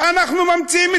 אנחנו ממציאים טריקים.